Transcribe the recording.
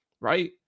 right